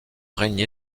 régné